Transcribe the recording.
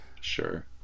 sure